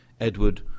Edward